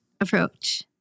approach